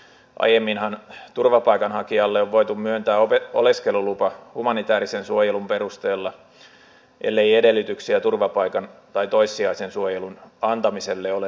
aiemminhan turvapaikanhakijalle on voitu myöntää oleskelulupa humanitäärisen suojelun perusteella ellei edellytyksiä turvapaikan tai toissijaisen suojelun antamiselle ole löytynyt